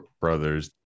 Brothers